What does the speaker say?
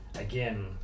again